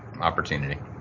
opportunity